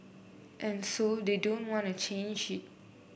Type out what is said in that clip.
and so they don't want to change it